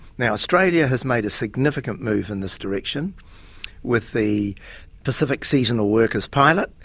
now, australia has made a significant move in this direction with the pacific seasonal workers pilot,